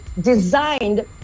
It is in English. designed